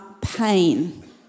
pain